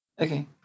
Okay